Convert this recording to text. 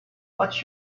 what